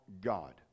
God